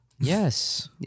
Yes